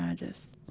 um just,